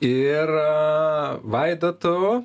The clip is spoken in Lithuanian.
ir vaidotu